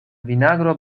vinagro